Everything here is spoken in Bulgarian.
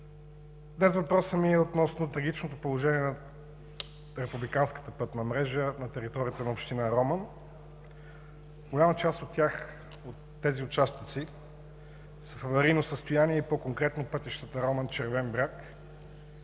Днес въпросът ми е относно трагичното положение на републиканската пътна мрежа на територията на община Роман. Голяма част от тези участъци са в аварийно състояние и по-конкретно пътищата Роман – Червен бряг и